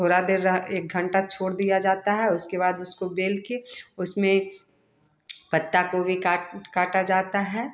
थोड़ा देर रह एक घंटा छोड़ दिया जाता है उसके बाद उसको बेल के उसमें पत्ता गोभी काट काटा जाता है